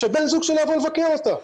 שבן הזוג שלה יבוא לבקר אותה,